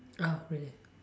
ah really